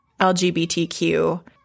LGBTQ